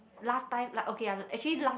last time like okay [one] actually last